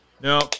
No